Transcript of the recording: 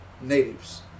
natives